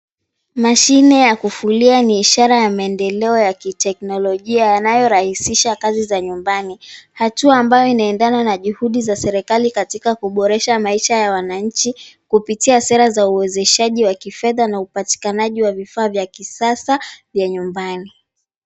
Mashine ya kufulia ni ishara ya maendeleo ya kiteknolojia yanayorahisisha kazi za nyumbani. Hatua ambayo inaendana na juhudi za serikali katika kuboresha maisha ya wananchi kupitia sera za uwezeshaji wa kifedha na upatikanaji wa vifaa vya kisasa vya nyumbani.